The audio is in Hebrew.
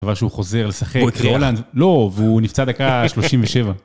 כבר שהוא חוזר לשחק, לא, והוא נפצע דקה 37.